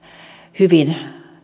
hyvin